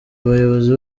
abayobozi